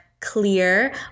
clear